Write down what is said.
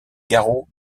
garrot